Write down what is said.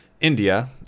India